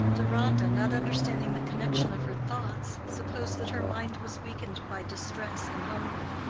deronda, not understanding the connection of her thoughts, supposed that her mind was weakened by distress and hunger.